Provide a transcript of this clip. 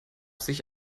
sich